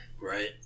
right